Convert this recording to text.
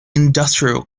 industrial